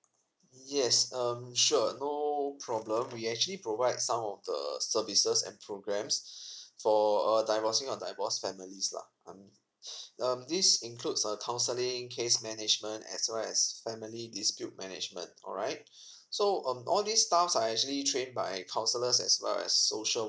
yes um sure no problem we actually provide some of the services and programs for a divorcing and divorced families lah um this includes a counseling case management as well as family dispute management alright so on all this stuff are actually trained by counsellors as well as social